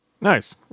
Nice